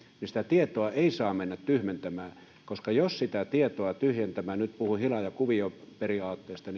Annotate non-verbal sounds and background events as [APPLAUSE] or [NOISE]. sitä tietoa ei saa mennä tyhmentämään koska jos sitä tietoa tyhmennetään nyt puhun hila ja kuvioperiaatteista [UNINTELLIGIBLE]